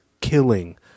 killing